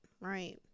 right